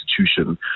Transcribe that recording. institution